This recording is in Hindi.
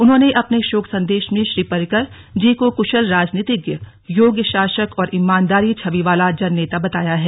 उन्होंने अपने शोक संदेश में श्री पर्रिकर जी को कुशल राजनीतिज्ञ योग्य शासक और ईमानदारी छवि वाला जननेता बताया है